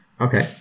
okay